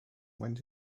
went